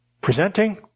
Presenting